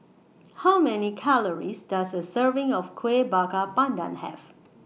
How Many Calories Does A Serving of Kueh Bakar Pandan Have